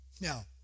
Now